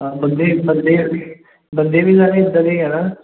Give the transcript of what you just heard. ਬੰਦੇ ਬੰਦੇ ਵੀ ਸਾਡੇ ਇਦਾਂ ਦੇ ਹੈ ਨਾ